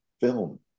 film